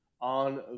On